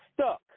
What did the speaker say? stuck